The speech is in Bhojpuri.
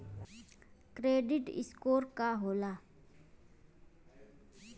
क्रेडीट स्कोर का होला?